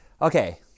Okay